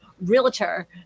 realtor